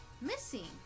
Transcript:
missing